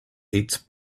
eats